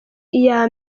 iya